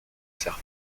serre